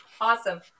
Awesome